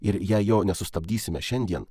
ir jei jo nesustabdysime šiandien